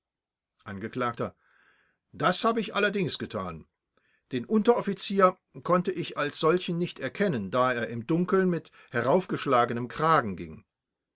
angekl das habe ich allerdings getan den unteroffizier konnte ich als solchen nicht erkennen da er im dunkeln mit heraufgeschlagenem kragen ging